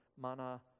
Mana